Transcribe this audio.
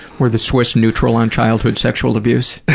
were the swiss neutral on childhood sexual abuse?